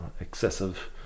excessive